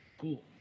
cool